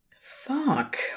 Fuck